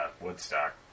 Woodstock